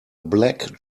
black